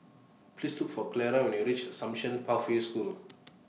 Please Look For Clara when YOU REACH Assumption Pathway School